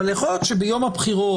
אבל יכול להיות שביום הבחירות,